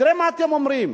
תראה מה אתם אומרים,